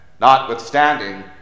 Notwithstanding